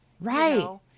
Right